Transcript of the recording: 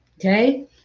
okay